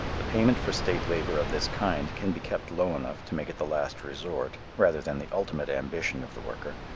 the payment for state labor of this kind can be kept low enough to make it the last resort rather than the ultimate ambition of the worker.